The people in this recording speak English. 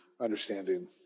understanding